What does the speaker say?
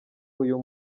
uyu